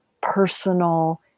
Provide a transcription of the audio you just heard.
personal